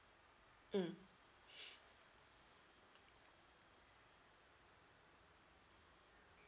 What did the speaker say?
mm